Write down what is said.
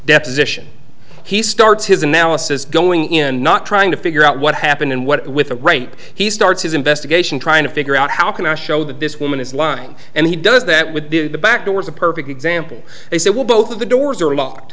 deposition he starts his analysis going in not trying to figure out what happened and what with a great he starts his investigation trying to figure out how can i show that this woman is line and he does that with the back door is a perfect example they say will both of the doors are locked